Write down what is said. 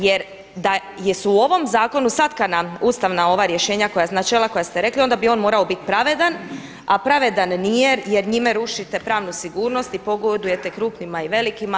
Jer da su u ovom zakonu satkana ustavna ova rješenja, načela koja ste rekli onda bi on morao biti pravedan, a pravedan nije jer njime rušite pravnu sigurnost i pogodujete krupnima i velikima.